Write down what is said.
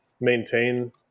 maintain